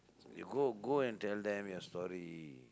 you go go and tell them your story